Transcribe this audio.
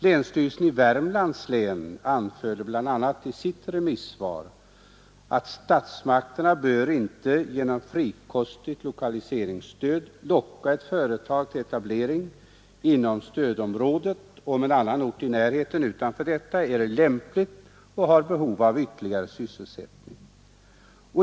Länsstyrelsen i Värmlands län anförde bl.a. i sitt remissvar, att statsmakterna inte bör genom frikostigt lokaliseringsstöd locka ett företag till etablering inom stödområdet, om annan ort i närheten utanför detta är lämplig och har behov av ytterligare sysselsättning.